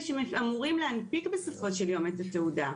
שאמורים להנפיק בסופו של יום את התעודה,